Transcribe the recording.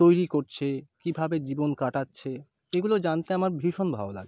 তৈরি করছে কীভাবে জীবন কাটাচ্ছে এগুলো জানতে আমার ভীষণ ভালো লাগে